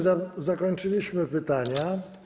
Zakończyliśmy pytania.